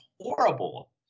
horrible